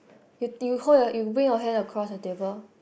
you you hold your you bring your hand across the table